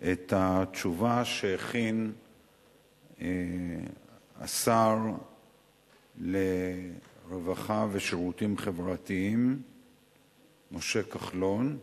את התשובה שהכין שר הרווחה והשירותים חברתיים משה כחלון.